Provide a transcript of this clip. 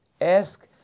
ask